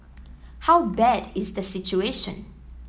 how bad is the situation